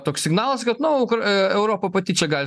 toks signalas kad nu ukra aa europa pati čia gali